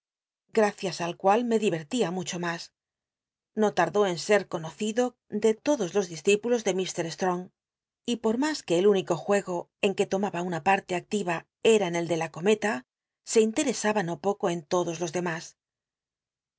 gracias al cual me dii'ct'lia mucho mas no tardó en ser conocido de lodos los discípulos de mr strong y por mas que el único juego en que tomaba una parle activa era en el de la cometa se in teresaba no poco en todos los domas